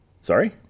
Sorry